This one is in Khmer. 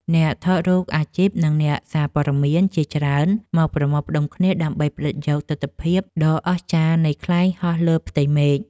អ្នកថតរូបអាជីព និងអ្នកសារព័ត៌មានជាច្រើនមកប្រមូលផ្ដុំគ្នា ដើម្បីផ្ដិតយកទិដ្ឋភាពដ៏អស្ចារ្យនៃខ្លែងហោះលើផ្ទៃមេឃ។